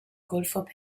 golfo